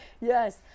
Yes